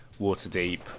Waterdeep